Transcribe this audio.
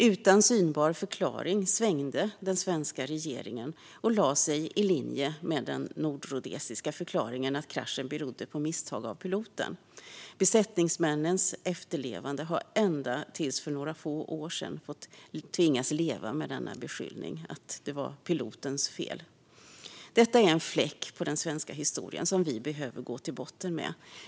Utan synbar förklaring svängde den svenska regeringen och lade sig i linje med den nordrhodesiska förklaringen att kraschen berodde på misstag av piloten. Besättningsmännens efterlevande har ända till för några få år sedan tvingats leva med beskyllningen att det var pilotens fel. Detta är en fläck på den svenska historien som vi behöver gå till botten med.